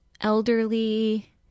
elderly